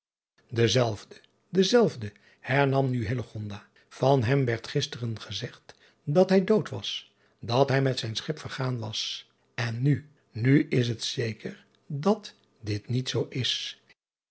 ezelfde dezelfde hernam nu van hem werd gisteren gezegd dat hij dood was dat hij met zijn schip vergaan was en nu nu is het zeker dat dit niet zoo is